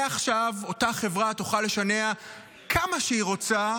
מעכשיו אותה חברה תוכל לשנע כמה שהיא רוצה